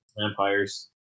vampires